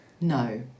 No